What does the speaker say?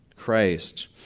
Christ